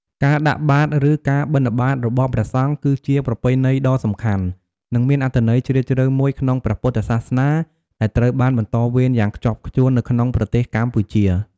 ការដាក់បាត ឬ ការបិណ្ឌបាត របស់ព្រះសង្ឃ គឺជាប្រពៃណីដ៏សំខាន់ និងមានអត្ថន័យជ្រាលជ្រៅមួយក្នុងព្រះពុទ្ធសាសនា ដែលត្រូវបានបន្តវេនយ៉ាងខ្ជាប់ខ្ជួននៅក្នុងប្រទេសកម្ពុជា។